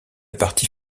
partie